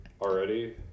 already